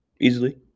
easily